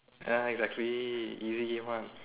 ya exactly easy game one